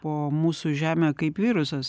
po mūsų žemę kaip virusas